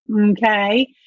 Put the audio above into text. Okay